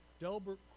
Delbert